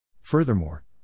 Furthermore